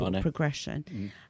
progression